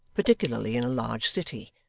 particularly in a large city.